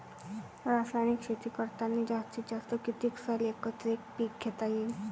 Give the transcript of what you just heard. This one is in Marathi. रासायनिक शेती करतांनी जास्तीत जास्त कितीक साल एकच एक पीक घेता येईन?